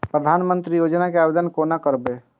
प्रधानमंत्री योजना के आवेदन कोना करब?